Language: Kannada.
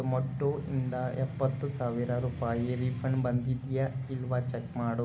ಝೊಮ್ಯಾಟ್ಟೊಯಿಂದ ಎಪ್ಪತ್ತು ಸಾವಿರ ರೂಪಾಯಿ ರೀಫಂಡ್ ಬಂದಿದೆಯಾ ಇಲ್ವ ಚೆಕ್ ಮಾಡು